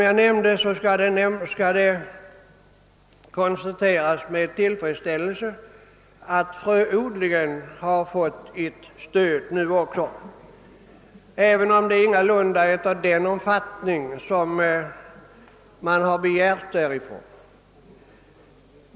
Jag konstaterar med tillfredsställelse att också fröodlingen nu fått ett stöd, även om det ingalunda är av den omfattning som man begärt från det hållet.